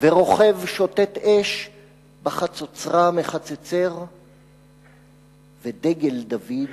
ורוכב שותת-אש בחצוצרה מחצצר.// ודגל דוד,